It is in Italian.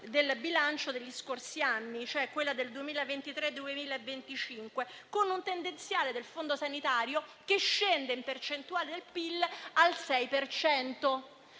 del bilancio degli scorsi anni, cioè quella del 2023-2025, con un tendenziale del Fondo sanitario che scende, in termini percentuali